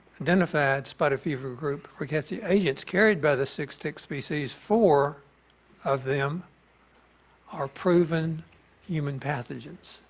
identified spotted fever group rickettsia agents carried by the six tick species, four of them are proven human pathogens.